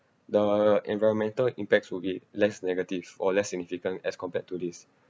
the environmental impacts would be less negative or less significant as compared to this